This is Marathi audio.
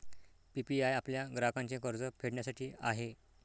पी.पी.आय आपल्या ग्राहकांचे कर्ज फेडण्यासाठी आहे